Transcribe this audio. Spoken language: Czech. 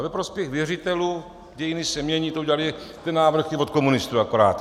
Ve prospěch věřitelů dějiny se mění to udělali, ten návrh je od komunistů akorát.